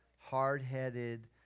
hard-headed